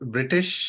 British